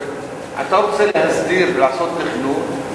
אתה רוצה להסדיר ולעשות תכנון,